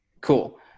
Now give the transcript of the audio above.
Cool